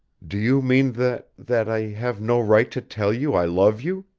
do you mean that that i have no right to tell you i love you?